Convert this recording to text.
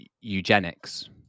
eugenics